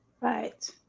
Right